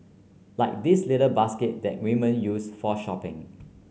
like these little basket that women use for shopping